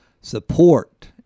support